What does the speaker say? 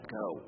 go